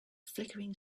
flickering